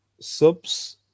subs